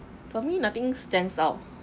for me nothing stands out